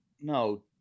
no